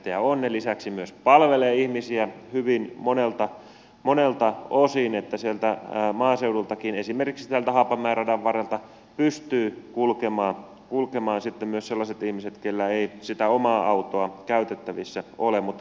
ne lisäksi myös palvelevat ihmisiä hyvin monelta osin niin että sieltä maaseudultakin esimerkiksi haapamäen radan varrelta pystyvät kulkemaan myös sellaiset ihmiset keillä ei sitä omaa autoa käytettävissä ole